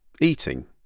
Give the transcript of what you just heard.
eating